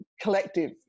collective